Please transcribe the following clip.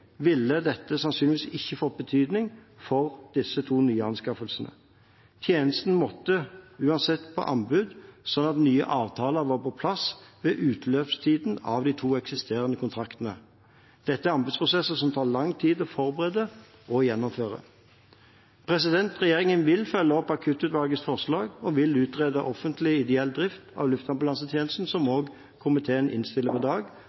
ville dette sannsynligvis ikke fått betydning for disse to nyanskaffelsene. Tjenesten måtte uansett på anbud, slik at nye avtaler var på plass ved utløpstiden av de to eksisterende kontraktene. Dette er anbudsprosesser som tar lang tid å forberede og gjennomføre. Regjeringen vil følge opp Akuttutvalgets forslag og vil utrede offentlig ideell drift av luftambulansetjenesten, som også komiteen innstiller på i dag,